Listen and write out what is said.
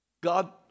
God